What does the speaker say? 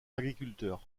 agriculteurs